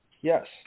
Yes